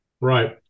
Right